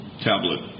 tablet